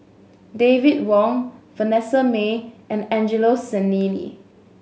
David Wong Vanessa Mae and Angelo Sanelli